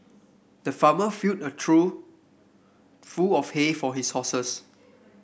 the farmer filled a trough full of hay for his horses